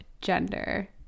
gender